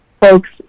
folks